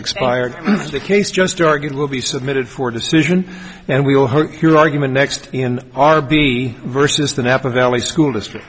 expired is the case just argued will be submitted for decision and we'll hook your argument next in our b versus the napa valley school district